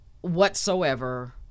whatsoever